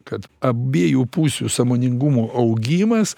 kad abiejų pusių sąmoningumo augimas